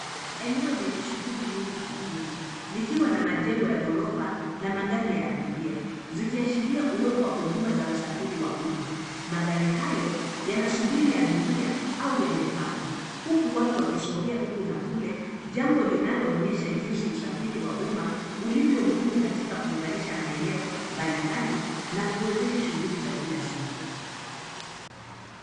Eneo lenye shughuli nyingi jijini likiwa na majengo ya gorofa na magari ya abiria zikiashiria uwepo wa huduma wa usafiri wa uma magari hayo yanasubiri abiria au yamepaki. huku watu wakisongea huku na kule jambo linalo onyesha jinsi usafiri wa uma ulivyo muhimu katika kuunganishwa maeneo mbali mbali na kuwezesha shughuli za kila siku.